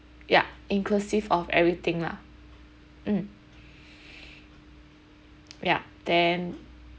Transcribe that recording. ya inclusive of everything lah mm ya then